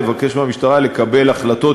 לבקש מהמשטרה לקבל החלטות,